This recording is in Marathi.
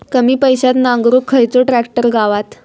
कमी पैशात नांगरुक खयचो ट्रॅक्टर गावात?